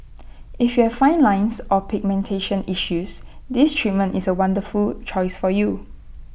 if you have fine lines or pigmentation issues this treatment is A wonderful choice for you